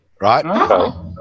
right